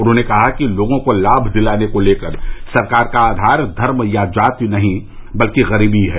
उन्होंने कहा कि लोगों को लाभ दिलाने को लेकर सरकार का आधार धर्म या जाति नहीं बल्कि गरीबी है